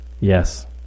Yes